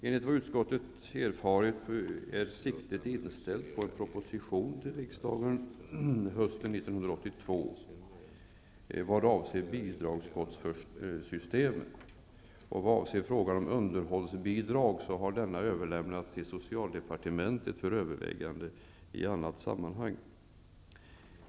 Enligt vad utskottet har erfarit är siktet inställt på en proposition till riksdagen hösten 1992, vad avser bidragsförskottssystemet. Frågan om underhållsbidrag har överlämnats till socialdepartementet för övervägande i annat sammanhang.